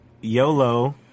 YOLO